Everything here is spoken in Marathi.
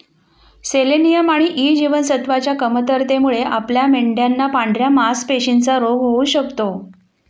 सेलेनियम आणि ई जीवनसत्वच्या कमतरतेमुळे आपल्या मेंढयांना पांढऱ्या मासपेशींचा रोग होऊ शकतो